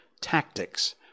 tactics